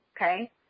okay